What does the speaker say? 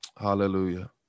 Hallelujah